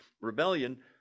rebellion